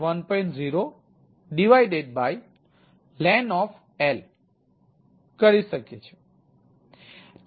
0len કરી શકીએ છીએ